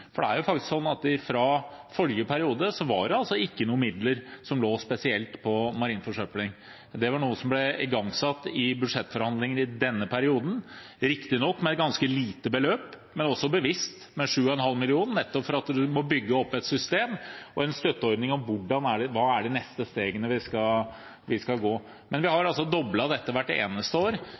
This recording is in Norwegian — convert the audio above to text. For det er faktisk sånn at fra forrige periode var det ikke noen midler rettet mot marin forsøpling spesielt. Det var noe som ble igangsatt i budsjettforhandlinger i denne perioden, riktignok med et ganske lite beløp, men også bevisst, med 7,5 mill. kr, nettopp fordi man må bygge opp et system og en støtteordning med tanke på hva som er de neste stegene vi skal gå. Men vi har doblet dette hvert eneste år,